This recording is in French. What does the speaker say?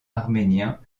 arméniens